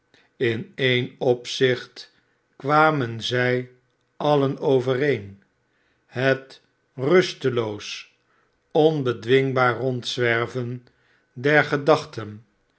in e'en opzicht kwamen zij alien overeen het rusteloos onbedwingbaar rondzwerven der gedachten